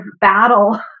battle